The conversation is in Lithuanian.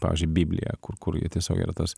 pavyzdžiui biblija kur kur ji tiesiog yra tas